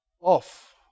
off